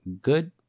good